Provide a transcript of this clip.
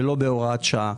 ולא בהוראת שעה.